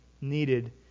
needed